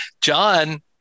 John